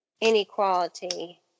inequality